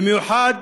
במיוחד